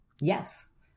Yes